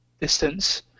distance